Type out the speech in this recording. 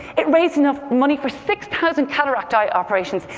it raised enough money for six thousand cataract eye operations.